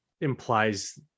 implies